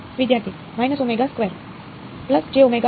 વિદ્યાર્થી